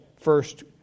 first